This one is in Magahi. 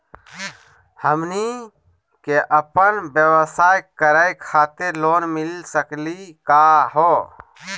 हमनी क अपन व्यवसाय करै खातिर लोन मिली सकली का हो?